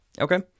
Okay